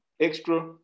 extra